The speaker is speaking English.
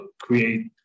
create